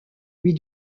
lui